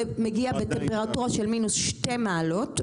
זה מגיע בטמפרטורה של מינוס שתי מעלות,